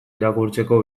irakurtzeko